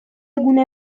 gune